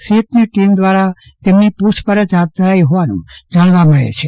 સીટની ટીમ દ્વારા તેમની પૂછપરછ હાથ ધરાઈ હોવાનું જાણવા મળે છે